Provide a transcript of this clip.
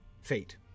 fate